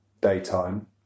daytime